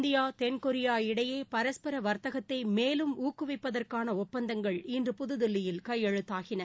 India தென்கொரியா இடையே பரஸ்பர வர்த்தகத்தை மேலும் ஊக்குவிப்பதற்கான ஒப்பந்தங்கள் இன்று புதுதில்லியில் கையெழுத்தாகின